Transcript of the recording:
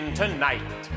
tonight